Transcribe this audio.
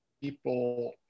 people